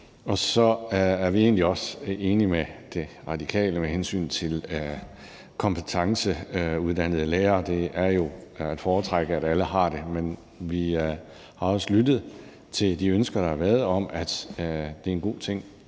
Så er vi egentlig også enige med De Radikale med hensyn til de kompetenceuddannede lærere. Det er jo at foretrække, at alle har det, men vi har også lyttet til de ønsker, der har været, om, at der er så få